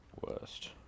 worst